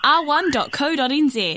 r1.co.nz